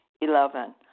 Eleven